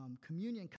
communion